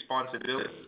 responsibility